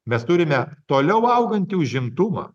mes turime toliau augantį užimtumą